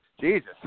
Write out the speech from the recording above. Jesus